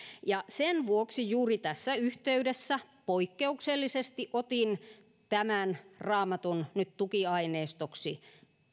ja sen vuoksi juuri tässä yhteydessä poikkeuksellisesti otin tämän raamatun nyt tukiaineistoksi